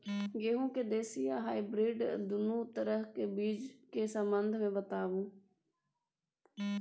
गेहूँ के देसी आ हाइब्रिड दुनू तरह के बीज के संबंध मे बताबू?